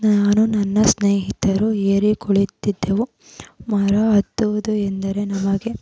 ನಾನು ನನ್ನ ಸ್ನೇಹಿತರು ಏರಿ ಕುಳಿತಿದ್ದೆವು ಮರ ಹತ್ತುವುದು ಎಂದರೆ ನಮಗೆ